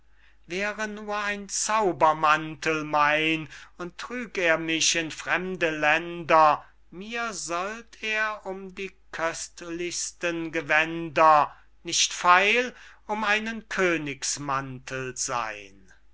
wäre nur ein zaubermantel mein und trüg er mich in fremde länder mir sollt er um die köstlichsten gewänder nicht feil um einen königsmantel seyn